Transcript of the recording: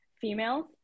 females